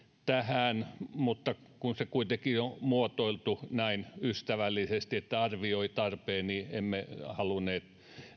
tähän mutta kun se kuitenkin on muotoiltu näin ystävällisesti että arvioi tarpeen niin emme halunneet